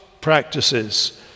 practices